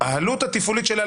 העלות התפעולית שלה